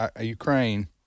ukraine